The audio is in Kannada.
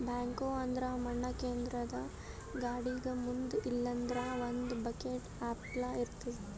ಬ್ಯಾಕ್ಹೊ ಅಂದ್ರ ಮಣ್ಣ್ ಕೇದ್ರದ್ದ್ ಗಾಡಿಗ್ ಮುಂದ್ ಇಲ್ಲಂದ್ರ ಒಂದ್ ಬಕೆಟ್ ಅಪ್ಲೆ ಇರ್ತದ್